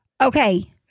Okay